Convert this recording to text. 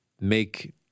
make